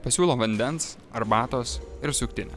pasiūlo vandens arbatos ir suktinę